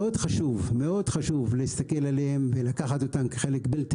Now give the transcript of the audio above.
מאוד חשוב להסתכל עליהן ולקחת אותן כחלק בלתי